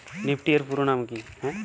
Nifty এর পুরোনাম কী?